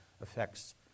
affects